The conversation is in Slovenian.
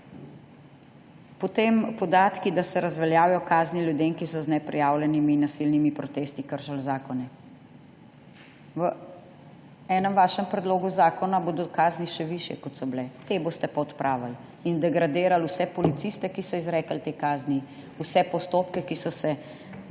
Potem podatki, da se razveljavijo kazni ljudem, ki so z neprijavljenimi in nasilnimi protesti kršili zakone. V enem vašem predlogu zakona bodo kazni še višje, kot so bile, te boste pa odpravili in degradirali vse policiste, ki so izrekli te kazni, vse postopke, ki so se